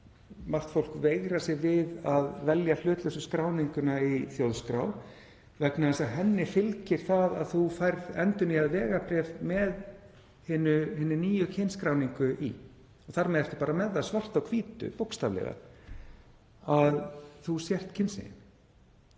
margt fólk veigrar sér við að velja hlutlausa skráningu í þjóðskrá vegna þess að henni fylgir að þú færð endurnýjað vegabréf með hinni nýju kynskráningu í. Þar ertu bara með það svart á hvítu, bókstaflega, að þú sért kynsegin.